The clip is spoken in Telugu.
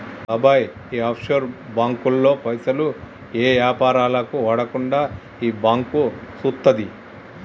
బాబాయ్ ఈ ఆఫ్షోర్ బాంకుల్లో పైసలు ఏ యాపారాలకు వాడకుండా ఈ బాంకు సూత్తది